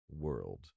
world